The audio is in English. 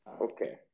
Okay